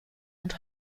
und